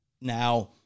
Now